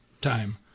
time